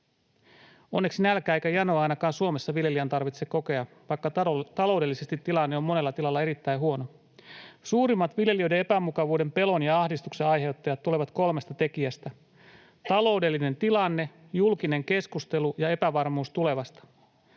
Onneksi nälkää tai janoa ei ainakaan Suomessa viljelijän tarvitse kokea, vaikka taloudellisesti tilanne on monella tilalla erittäin huono. Suurimmat viljelijöiden epämukavuuden, pelon ja ahdistuksen aiheuttajat tulevat kolmesta tekijästä: taloudellisesta tilanteesta, julkisesta keskustelusta ja epävarmuudesta tulevasta.